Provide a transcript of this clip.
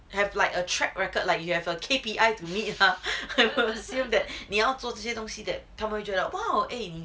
have like a track record like you have a K_P_I to meet lah I feel that 你要做这些东西 that 他们觉得 !wow! eh 你